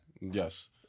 Yes